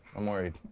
i'm worried.